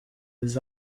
des